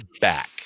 back